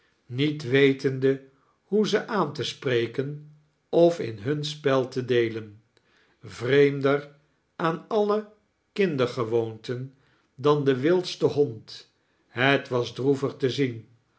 niet wetende hoe ze aan te spreken of in hun spel te deeien vreemder aan alle kindergewoonten dan de wildste liond het was droevig te zien